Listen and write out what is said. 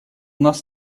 нас